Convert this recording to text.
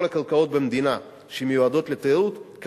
כל הקרקעות במדינה שמיועדות לתיירות,